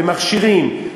למכשירים,